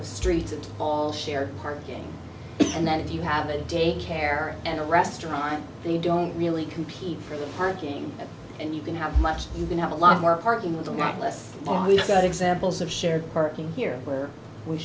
of streets and all share parking and then if you have a daycare and a restaurant and you don't really compete for the parking and you can have much you can have a lot more parking little not less are we good examples of shared parking here where we